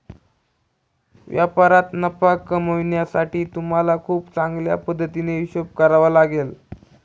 व्यापारात नफा कमावण्यासाठी तुम्हाला खूप चांगल्या पद्धतीने हिशोब करावा लागेल